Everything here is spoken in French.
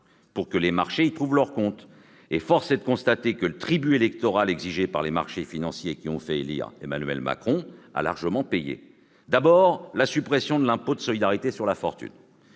pour que les marchés y trouvent leur compte ... Et force est de constater que le tribut électoral exigé par les marchés financiers qui ont fait élire Emmanuel Macron a été largement payé. Il y a, d'abord, la suppression de l'impôt de solidarité sur la fortune